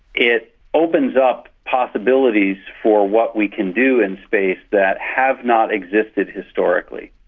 it opens up possibilities for what we can do in space that have not existed historically.